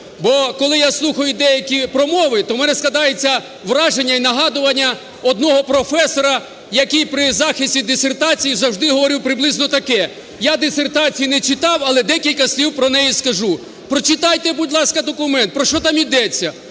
Бо, коли я слухаю деякі промови, то в мене складається враження і нагадування одного професора, який при захисті дисертації завжди говорив приблизно таке: я дисертації не читав, але декілька слів про неї скажу. Прочитайте, будь ласка, документ, про що там ідеться.